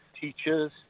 teachers